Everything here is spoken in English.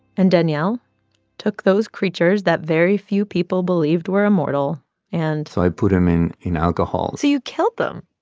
and daniel took those creatures that very few people believed were immortal and. so i put them in in alcohol so you killed them?